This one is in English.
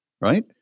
Right